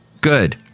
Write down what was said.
Good